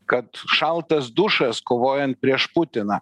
kad šaltas dušas kovojant prieš putiną